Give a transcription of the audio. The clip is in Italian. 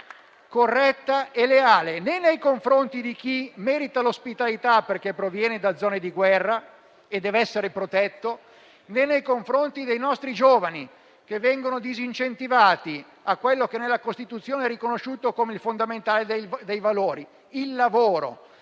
corretta e leale né nei confronti di chi merita l'ospitalità, perché proviene da zone di guerra e deve essere protetto, né nei confronti dei nostri giovani, che vengono disincentivati a quello che nella Costituzione è riconosciuto come il fondamentale dei valori: il lavoro.